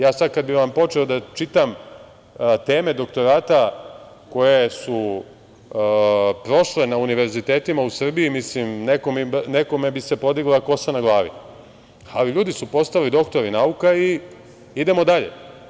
Ja sad kad bih počeo da vam čitam teme doktorata koje su prošle na univerzitetima u Srbiji, nekome bi se podigla kosa na glavi, ali ljudi su postali doktori nauka i idemo dalje.